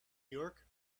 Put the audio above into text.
york